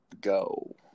Go